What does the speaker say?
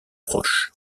proches